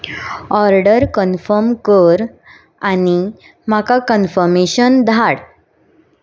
order confirm कर आनी म्हाका कन्फर्मेशन धाड